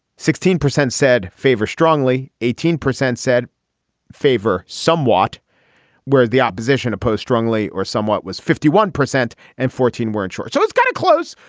sixteen percent said favorite strongly. eighteen percent said favor somewhat whereas the opposition opposed strongly or somewhat was fifty one percent and fourteen were unsure. so it's going to close.